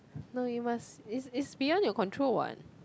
no you must it's it's beyond your control what